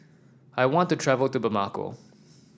I want to travel to Bamako